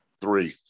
three